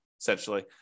essentially